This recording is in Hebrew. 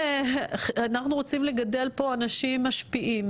אנחנו רוצים לגדל פה אנשים משפיעים,